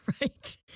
Right